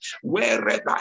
wherever